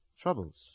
Troubles